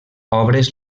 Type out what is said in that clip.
obres